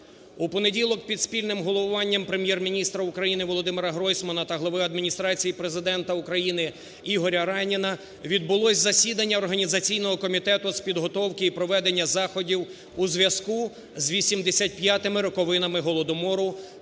У понеділок під спільним головуванням Прем'єр-міністра України ВолодимираГройсмана та глави Адміністрації Президента України Ігоря Райніна відбулося засідання Організаційного комітету з підготовки і проведення заходів у зв'язку з 85-ми роковинами Голодомору